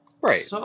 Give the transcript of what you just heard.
Right